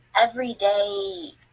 everyday